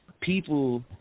people